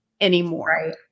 anymore